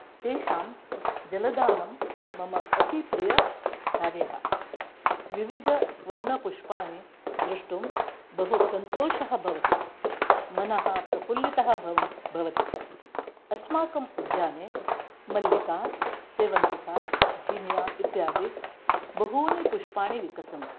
तेषां जलदानं मम अति प्रियकार्यः विविधवर्णपुष्पाणि दृष्टुं बहु सन्तोषाः भवति मनः प्रफुल्लितः भवन्ति भवति अस्माकम् उद्याने मल्लिका सेवन्तिका जिनिया इत्यादि बहूनि पुष्पाणि विकसन्ति